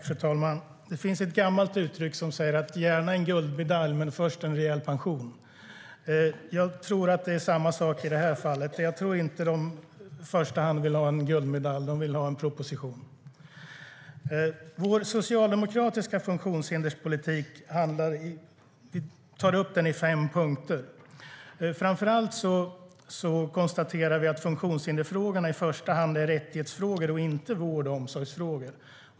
Fru talman! Det finns ett gammalt uttryck: Gärna en guldmedalj, men först en rejäl pension! Jag tror att det är samma sak i det här fallet. Jag tror inte att de i första hand vill ha en guldmedalj. De vill ha en proposition. Vår socialdemokratiska funktionshinderspolitik kan sammanfattas i fem punkter. Funktionshindersfrågorna är främst rättighetsfrågor, inte vård och omsorgsfrågor.